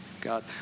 god